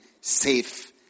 safe